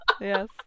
Yes